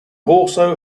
also